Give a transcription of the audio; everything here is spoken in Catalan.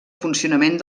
funcionament